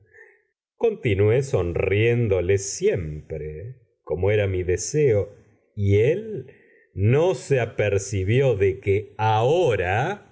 continué sonriéndole siempre como era mi deseo y él no se apercibió de que ahora